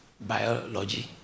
biology